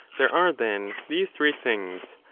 there are, then, these three things,